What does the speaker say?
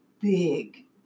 big